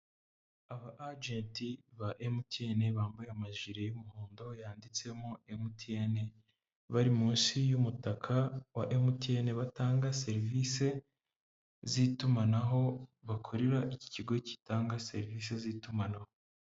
Aba ajenti ba MTN bambaye amajiri y'umuhondo yanditsemo MTN, bari munsi y'umutaka wa MTN, batanga serivisi z'itumanaho bakorera, iki kigo gitanga serivisi z'itumanaho.